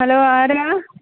hello ആരാണ്